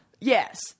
Yes